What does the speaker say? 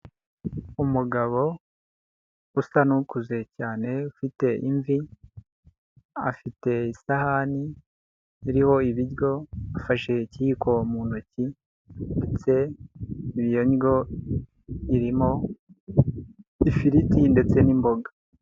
Umugabo usa n'ukuze cyane ufite imvi, afite isahani iriho ibiryo, afashe ikiyiko mu ntoki ndetse iyo ndyo, irimo ifiriti ndetse n'imboga.